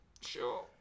Sure